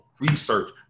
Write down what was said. research